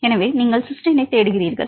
எனவே நீங்கள் சிஸ்டைனைத் தேடுகிறீர்கள்